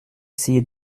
essayé